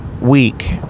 Week